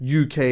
UK